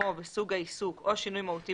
מיקומו וסוג העיסוק או שינוי מהותי